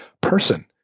person